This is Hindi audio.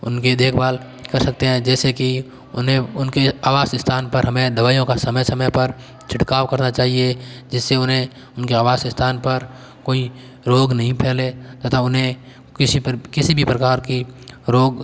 उनके देखभाल कर सकते हैं जैसे कि उन्हें उनके आवास स्थान पर हमें दवाइयां का समय समय पर छिड़काव करना चाहिए जिससे उन्हें उनकी आवास स्थान पर कोई रोग नहीं फैले तथा उन्हें किसी भी प्रकार के रोग